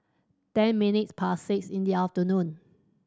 ten minutes past six in the afternoon